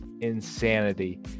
insanity